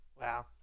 Wow